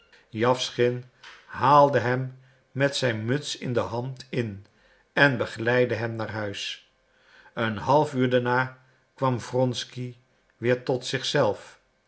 jawschin haalde hem met zijn muts in de hand in en begeleidde hem naar huis een half uur daarna kwam wronsky weer tot